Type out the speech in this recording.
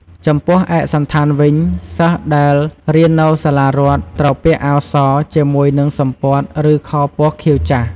ចំំពោះឯកសណ្ឋានវិញ សិស្សដែលរៀននៅសាលារដ្ឋ ត្រូវពាក់អាវស ជាមួយនឹងសំពត់ ឬខោពណ៌ខៀវចាស់។